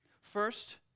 First